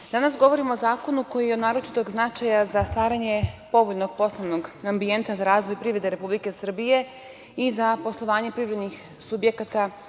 govorimo o zakonu koji je od značaja za stvaranje povoljnog poslovnog ambijenta za razvoj privrede Republike Srbije i za poslovanje privrednih subjekata